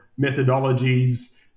methodologies